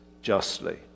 justly